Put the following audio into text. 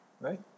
right